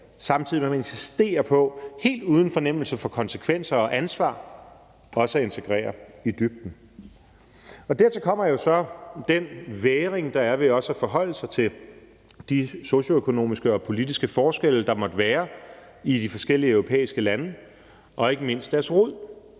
samtidig med at man insisterer på helt uden fornemmelse for konsekvenser og ansvar også at integrere i dybden. Dertil kommer jo så den vægring, der er, ved også at forholde sig til de socioøkonomiske og politiske forskelle, der måtte være i de forskellige europæiske lande, og ikke mindst deres rod.